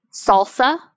Salsa